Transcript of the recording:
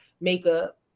makeup